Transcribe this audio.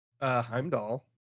Heimdall